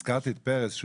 הזכרתי את פרס,